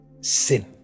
sin